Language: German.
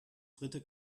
dritte